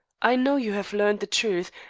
i know you have learned the truth,